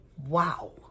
Wow